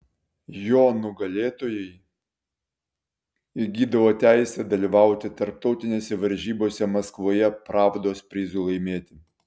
jo nugalėtojai įgydavo teisę dalyvauti tarptautinėse varžybose maskvoje pravdos prizui laimėti